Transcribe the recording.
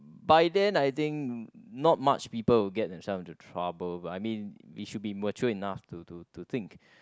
by then I think not much people will get themselves into trouble but I mean it should be matured enough to to to think